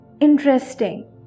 Interesting